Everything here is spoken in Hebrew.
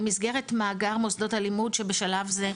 במסגרת מאגר מוסדות הלימוד שבשלב זה,